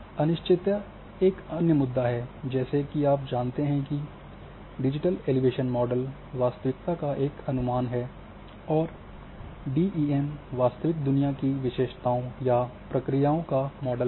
अनिश्चितता एक अन्य मुद्दा जैसा कि आप जानते हैं कि डिजिटल एलिवेशन मॉडल वास्तविकता का एक अनुमान है और डीईएम वास्तविक दुनिया की विशेषताओं या प्रक्रियाओं का मॉडल है